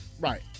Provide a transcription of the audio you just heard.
Right